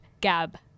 Gab